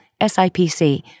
SIPC